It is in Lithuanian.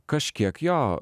kažkiek jo